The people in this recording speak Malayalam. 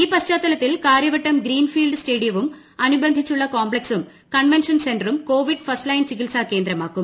ഈ പശ്ചാത്തലത്തിൽ കാരൃവട്ടം ഗ്രീൻഫീൽഡ് സ്റ്റേഡിയവും അനുബന്ധിച്ചുള്ള കോംപ്പക്സും കൺ വെൻഷൻ സെന്ററും കോവിഡ് ഫസ്റ്റ്ലൈൻ ചികിത്സാ കേന്ദ്രമാക്കും